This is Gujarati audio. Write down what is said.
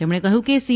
તેમણે કહ્યું કે સી